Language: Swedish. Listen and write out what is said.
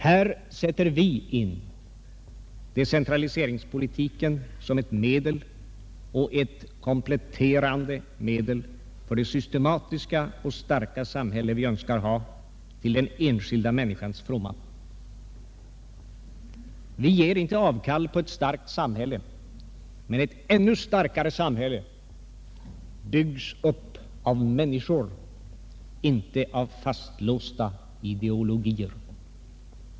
Här sätter vi in decentraliseringspolitiken som ctt kompletterande medel för det systematiska och starka samhälle vi önskar ha till den enskilda människans fromma. Vi ger inte avkall på kravet på ett starkt samhälle, men ett ännu starkare samhälle byggs upp av människor, .nte av fastlåsta ideologier.